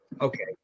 Okay